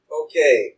okay